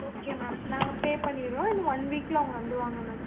okay ma'am நாங்கள் pay பண்ணிவிடுறோம் இன்னும் ஒன் வீக்கில் அவங்க வந்துடுவாங்க மேம்